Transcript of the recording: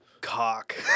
cock